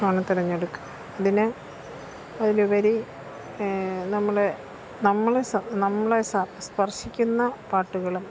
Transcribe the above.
ആണ് തെരഞ്ഞെടുക്കുക അതിന് അതിലുപരി നമ്മൾ നമ്മൾ നമ്മളെ സ്പർശിക്കുന്ന പാട്ടുകളും